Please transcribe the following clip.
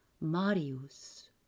Marius